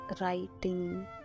writing